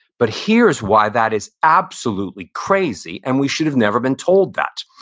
but here's why that is absolutely crazy and we should have never been told that.